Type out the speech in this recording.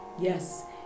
Yes